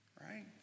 Right